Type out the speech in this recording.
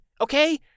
okay